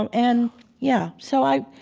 um and yeah. so, i